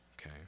okay